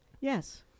yes